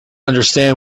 understand